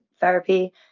therapy